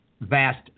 vast